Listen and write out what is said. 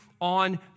on